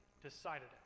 decided